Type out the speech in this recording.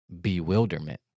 bewilderment